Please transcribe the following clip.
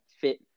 fit